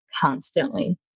constantly